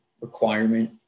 requirement